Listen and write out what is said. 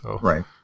Right